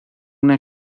una